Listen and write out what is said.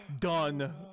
Done